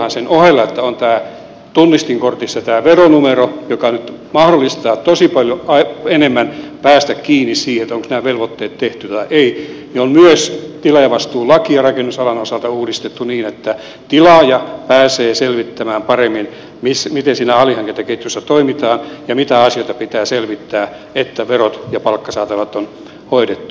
lainsäädäntöpuolellahan sen ohella että on tunnistinkortissa tämä veronumero joka nyt mahdollistaa tosi paljon enemmän pääsemistä kiinni siihen onko nämä velvoitteet tehty vai ei on myös tilaajavastuulakia rakennusalan osalta uudistettu niin että tilaaja pääsee selvittämään paremmin miten siinä alihankintaketjussa toimitaan ja mitä asioita pitää selvittää että verot ja palkkasaatavat on hoidettu